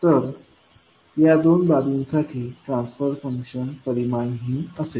तर या दोन बाबींसाठी ट्रान्सफर फंक्शन परिमाणहीन असेल